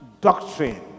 doctrine